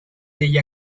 degli